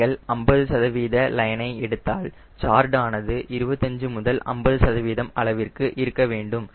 நீங்கள் 50 சதவீத லைனை எடுத்தால் கார்டு ஆனது 25 முதல் 50 சதவீதம் அளவிற்கு இருக்க வேண்டும்